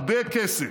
הרבה כסף.